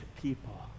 people